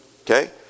Okay